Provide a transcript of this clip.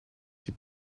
die